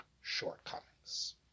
shortcomings